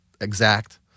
exact